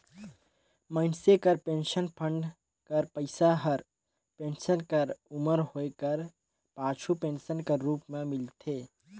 मइनसे कर pension fund कर पइसा हर पेंसन कर उमर होए कर पाछू पेंसन कर रूप में मिलथे